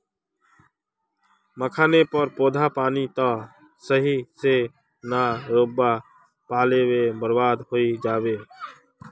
मखाने नेर पौधा पानी त सही से ना रोपवा पलो ते बर्बाद होय जाबे